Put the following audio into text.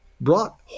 brought